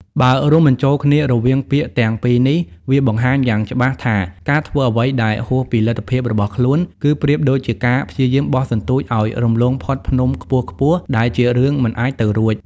បើរួមបញ្ចូលគ្នារវាងពាក្យទាំងពីរនេះ វាបង្ហាញយ៉ាងច្បាស់ថាការធ្វើអ្វីដែលហួសពីលទ្ធភាពរបស់ខ្លួន គឺប្រៀបដូចជាការព្យាយាមបោះសន្ទូចឲ្យរំលងផុតភ្នំខ្ពស់ៗដែលជារឿងមិនអាចទៅរួច។